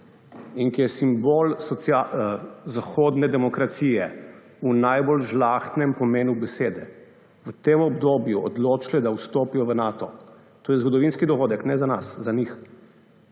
in ki je simbol zahodne demokracije v najbolj žlahtnem pomenu besede, v tem obdobju odločili, da vstopita v Nato, to je zgodovinski dogodek, ne za nas, za njih.